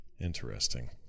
Interesting